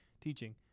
teaching